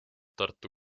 tartu